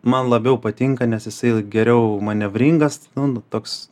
man labiau patinka nes jisai geriau manevringas nu toks